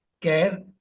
care